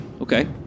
Okay